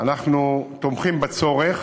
אנחנו תומכים בצורך,